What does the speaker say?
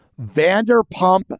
Vanderpump